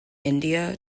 india